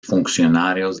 funcionarios